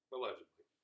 Allegedly